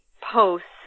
posts